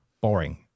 boring